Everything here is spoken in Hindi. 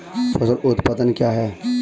फसल उत्पादन क्या है?